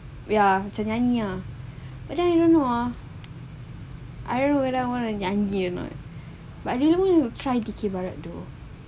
ya macam nyanyian ada yang menguar I don't know whether I want to nyanyi or not but I don't know where to find P_K barat